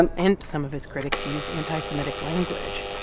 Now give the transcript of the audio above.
and some of his critics used anti-semitic language.